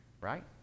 Right